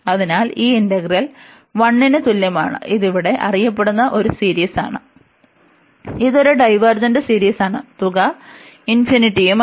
അതിനാൽ ഈ ഇന്റഗ്രൽ 1 ന് തുല്യമാണ് ഇത് ഇവിടെ അറിയപ്പെടുന്ന ഒരു സീരീസ് ആണ് ഇത് ഒരു ഡൈവേർജെന്റ് സീരീസ് ആണ് തുക ∞ യുമാണ്